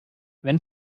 wenn